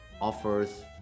offers